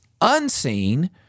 unseen